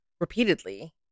repeatedly